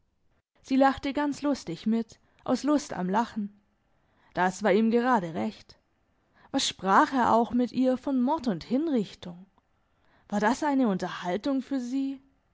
sie lachte ganz lustig mit aus lust am lachen das war ihm gerade recht was sprach er auch mit ihr von mord und hinrichtung war das eine unterhaltung für sie